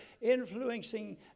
influencing